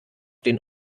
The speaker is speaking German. den